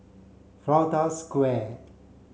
Flanders Square